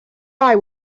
eye